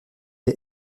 est